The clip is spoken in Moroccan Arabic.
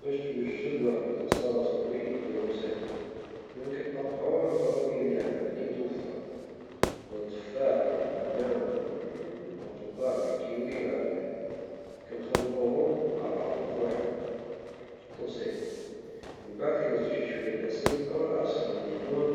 باش توجد واحد صلاد فروي لي هو بسيط كنقطعو الفواكه لي عندنا - لي متوفرة- التفاح ولا البنان البرتقال أو الكيوي - إلى آخره- كنخلطوهم مع بعضهم فواحد الطبسيل من بعد كنزيدو شوية د العسل أو عصير د الليمون